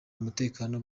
umutekano